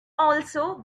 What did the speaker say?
also